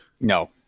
No